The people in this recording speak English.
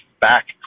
back